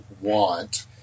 want